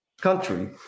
country